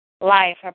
life